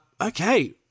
Okay